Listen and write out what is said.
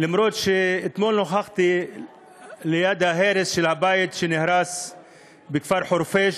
אף-על-פי שאתמול נכחתי ליד הבית שנהרס בכפר חורפיש,